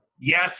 yes